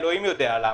אלוהים יודע למה.